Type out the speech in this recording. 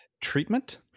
treatment